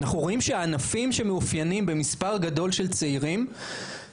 אנחנו רואים שהענפים שמאופיינים במספר גדול של צעירים,